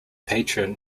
patron